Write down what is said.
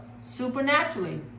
supernaturally